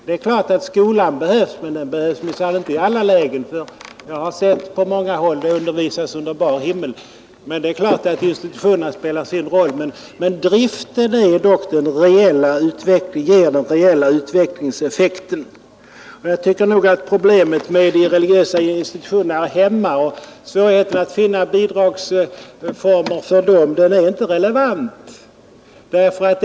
Det är klart att skolbyggnaden behövs, men den behövs minsann inte i alla lägen. På många håll har jag sett undervisning under bar himmel, men det är klart att institutionerna spelar sin roll. Driften ger dock den reella utvecklingseffekten. Jag tycker nog att parallellen med de religiösa organisationerna här hemma, för vilka det kan vara svårt att finna bidragsformerna, inte är relevant.